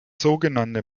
sogenannte